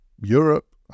Europe